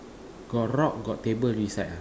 got rock got table beside ah